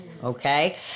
Okay